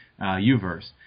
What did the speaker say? UVerse